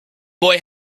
boy